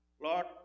Lord